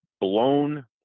blown